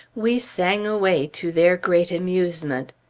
we sang away to their great amusement.